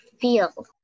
feel